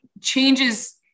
changes –